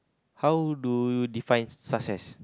how do you define success